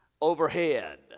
overhead